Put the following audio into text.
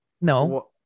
No